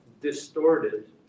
distorted